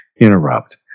interrupt